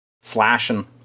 slashing